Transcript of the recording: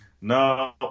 No